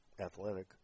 athletic